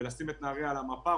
ולשים את נהריה על המפה.